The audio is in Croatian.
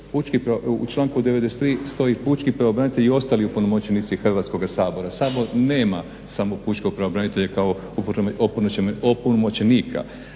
U članku 93.stoji pučki pravobranitelj i ostali opunomoćenici Hrvatskoga sabora. Sabor nema smo pučkog pravobranitelja kao opunomoćenika,